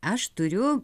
aš turiu